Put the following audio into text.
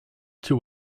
two